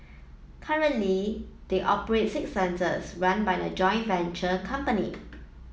currently they operate six centres run by a joint venture company